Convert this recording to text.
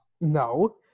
No